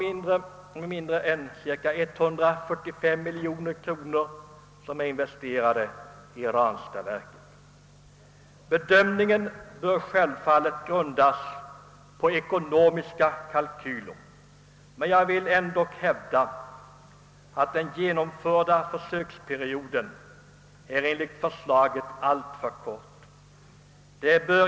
Inte mindre än cirka 145 miljoner kronor är nämligen nedlagda i Ranstadsverket. Bedömningen bör självfallet grundas på ekonomiska kalkyler, men jag vill likväl hävda att försöksperioden enligt förslaget är alltför kort.